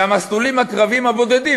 והמסלולים הקרביים הבודדים,